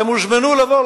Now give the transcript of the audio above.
והם הוזמנו לבוא,